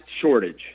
shortage